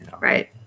Right